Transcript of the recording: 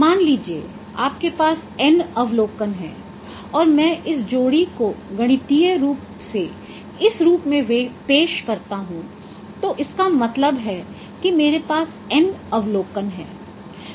मान लीजिए आपके पास n अवलोकन हैं और मैं इस जोड़ी को गणितीय रूप से इस रूप में पेश करता हूं तो इसका मतलब है कि मेरे पास n अवलोकन हैं